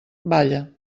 balla